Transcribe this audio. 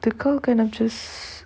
the call connect first